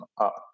up